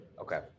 Okay